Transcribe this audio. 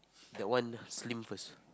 that one slim first